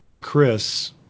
Chris